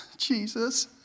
Jesus